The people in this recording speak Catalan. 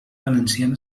valenciana